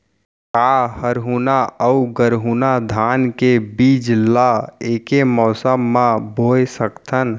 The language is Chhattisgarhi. का हरहुना अऊ गरहुना धान के बीज ला ऐके मौसम मा बोए सकथन?